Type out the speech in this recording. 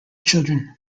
children